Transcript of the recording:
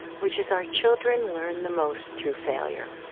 which is our children learn the most through failure.